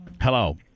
Hello